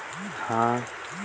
मोर चालू खाता से ऋण मिल सकथे?